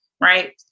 right